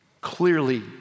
clearly